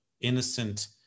innocent